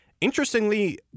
Interestingly